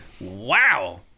wow